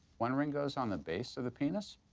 one ring goes on the base of the penis,